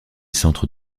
centres